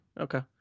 Okay